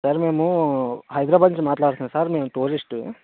sir మేము హైదరాబాద్ నుంచి మాట్లాడుతున్నా సార్ మేము టూరిస్టు